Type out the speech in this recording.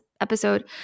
episode